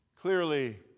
Clearly